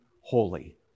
holy